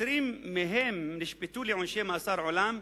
20 מהם נשפטו לעונשי מאסר עולם,